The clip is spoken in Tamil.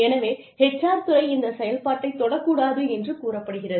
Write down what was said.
எனவே HR துறை இந்த செயல்பாட்டைத் தொடக்கூடாது என்று கூறப்படுகிறது